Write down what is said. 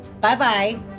Bye-bye